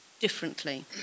differently